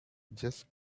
just